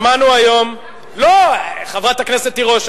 שמענו היום, לא, חברת הכנסת תירוש.